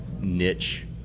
niche